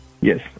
Yes